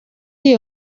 iyo